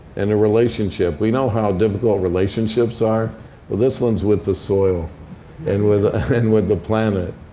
and a relationship. we know how difficult relationships are. but this one's with the soil and with and with the planet.